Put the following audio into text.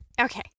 okay